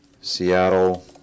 Seattle